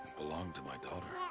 belonged to my daughter.